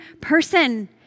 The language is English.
person